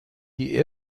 die